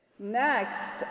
Next